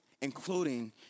including